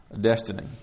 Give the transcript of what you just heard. destiny